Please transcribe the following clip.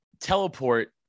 teleport